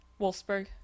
Wolfsburg